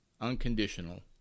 unconditional